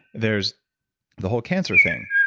there's the whole cancer thing,